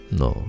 no